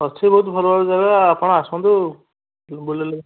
ଅଛି ବହୁତ ଭଲ ଭଲ ଜାଗା ଆପଣ ଆସନ୍ତୁ ବୁଲିଲେ